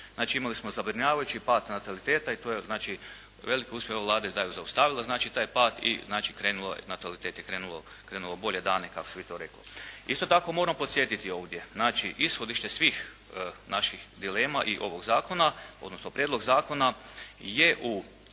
Znači, imali smo zabrinjavajući pad nataliteta i to je veliki uspjeh ove Vlade da je zaustavila taj pad i natalitet je krenuo u bolje dane kako bi se to reklo. Isto tako, moram podsjetiti ovdje ishodište svih naših dilema i ovog zakona odnosno prijedlog zakona je u